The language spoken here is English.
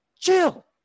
Chill